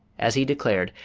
as he declared,